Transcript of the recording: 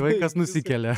vaikas nusikelia